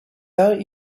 out